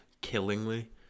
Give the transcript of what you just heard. Killingly